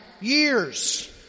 years